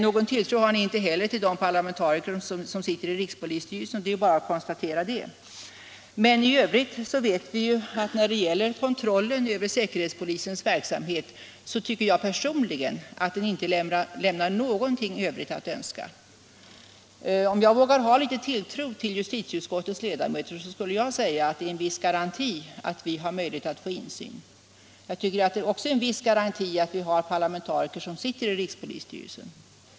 Någon tilltro har ni inte heller till de parlamentariker som sitter i rikspolisstyrelsen — det är också bara att konstatera. När det gäller kontrollen över säkerhetspolisens verksamhet tycker jag personligen att den inte lämnar något övrigt att önska. Det är en garanti att justitieutskottet har möjligheter till insyn. Jag tycker också att det är en garanti att det ingår parlamentariker i rikspolisstyrelsen.